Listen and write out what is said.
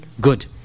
good